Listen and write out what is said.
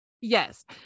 yes